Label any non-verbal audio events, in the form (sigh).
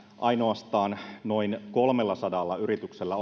ainoastaan noin kolmellasadalla yrityksellä (unintelligible)